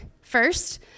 first